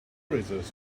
raises